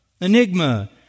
enigma